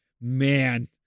man